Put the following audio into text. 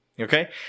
Okay